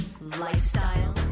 lifestyle